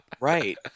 Right